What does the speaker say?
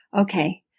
Okay